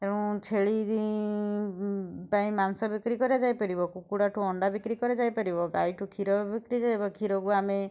ତେଣୁ ଛେଳି ପାଇଁ ମାଂସ ବିକ୍ରି କରା ଯାଇପାରିବ କୁକୁଡ଼ାଠୁ ଅଣ୍ଡା ବିକ୍ରି କରା ଯାଇପାରିବ ଗାଈଠୁ କ୍ଷୀର ବିକ୍ରି କ୍ଷୀରକୁ ଆମେ